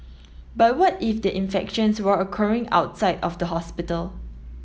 but what if the infections were occurring outside of the hospital